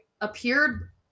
appeared